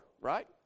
right